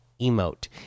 Emote